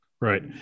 Right